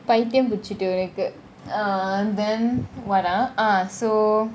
பத்தியம் பிடிச்சிட்டு உன்னக்கு :pathiyam pidichitu unnaku uh then what ah ah so